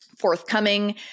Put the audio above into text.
forthcoming